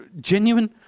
genuine